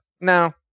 no